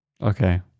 Okay